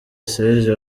serge